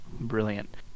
brilliant